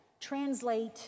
translate